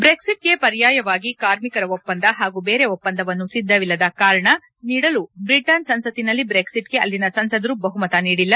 ಬೆಕ್ಸಿಟ್ಗೆ ಪರ್ಯಾಯವಾಗಿ ಕಾರ್ಮಿಕರ ಒಪ್ಸಂದ ಹಾಗೂ ಬೇರೆ ಒಪ್ಸಂದವನ್ತು ಸಿದ್ದವಿಲ್ಲದ ಕಾರಣ ನೀಡಲು ಬ್ರಿಟನ್ ಸಂಸತ್ತಿನಲ್ಲಿ ಬ್ರೆಕ್ಸಿಟ್ಗೆ ಅಲ್ಲಿನ ಸಂಸದರು ಬಹುಮತ ನೀಡಿಲ್ಲ